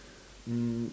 um